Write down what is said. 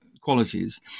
qualities